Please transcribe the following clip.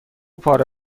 پاره